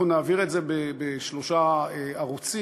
אנחנו נעביר את זה בשלושה ערוצים: